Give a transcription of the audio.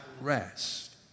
rest